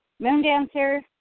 Moondancer